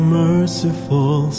merciful